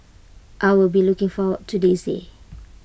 I will be looking forward to this day